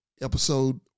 episode